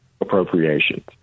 appropriations